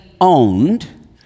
owned